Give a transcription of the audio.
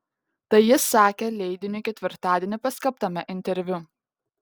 tai jis sakė leidiniui ketvirtadienį paskelbtame interviu